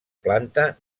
planta